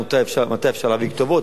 מתי אפשר להעביר כתובות,